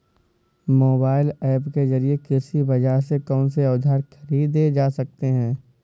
Mobile app के जरिए कृषि बाजार से कौन से औजार ख़रीदे जा सकते हैं?